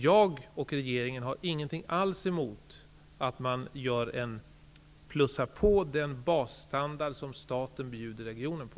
Jag och regeringen har ingenting alls emot att man höjer den basstandard som staten bjuder regionen på.